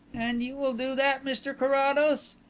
and you will do that, mr carrados?